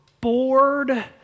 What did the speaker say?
bored